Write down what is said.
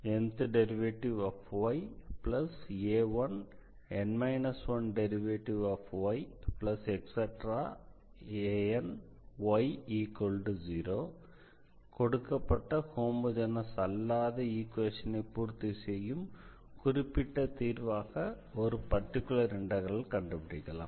dnydxna1dn 1ydxn 1any0 கொடுக்கப்பட்ட homogeneous அல்லாத ஈக்வேஷனை பூர்த்தி செய்யும் குறிப்பிட்ட தீர்வாக ஒரு பர்டிகுலர் இண்டெக்ரலை கண்டுபிடிக்கலாம்